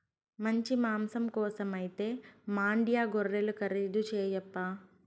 మంచి మాంసం కోసమైతే మాండ్యా గొర్రెలు ఖరీదు చేయప్పా